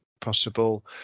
possible